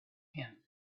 him